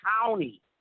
County